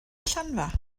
allanfa